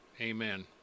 Amen